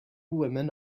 women